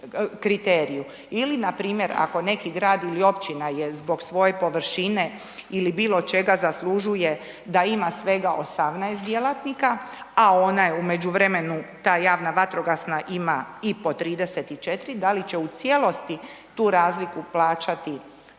Ili npr. ako neki grad ili općina je zbog svoje površine ili bilo čega zaslužuje da ima svega 18 djelatnika a onaj u međuvremenu, ta javna vatrogasna ima i po 34 da li će u cijelosti tu razliku plaćati